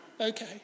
okay